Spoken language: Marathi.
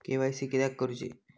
के.वाय.सी किदयाक करूची?